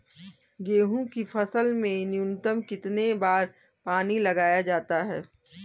गेहूँ की फसल में न्यूनतम कितने बार पानी लगाया जाता है?